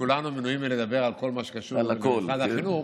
שכולנו מנועים מלדבר על כל מה שקשור למשרד החינוך,